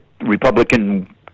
Republican